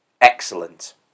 excellent